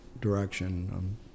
direction